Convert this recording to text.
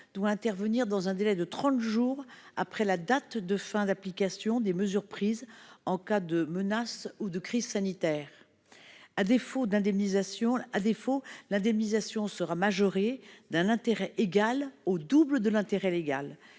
doit intervenir dans un délai de trente jours après la date de fin d'application des mesures prises en cas de menace ou de crise sanitaire. À défaut, l'indemnisation sera majorée d'un intérêt égal au double du taux de l'intérêt légal.